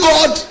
God